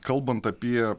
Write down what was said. kalbant apie